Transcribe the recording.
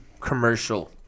commercial